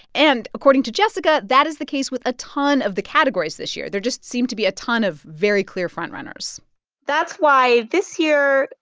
and according to jessica, that is the case with a ton of the categories this year. there just seem to be a ton of very clear front-runners that's why this year,